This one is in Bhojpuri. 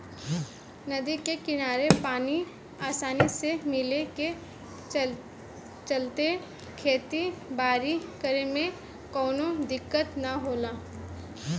नदी के किनारे पानी आसानी से मिले के चलते खेती बारी करे में कवनो दिक्कत ना होला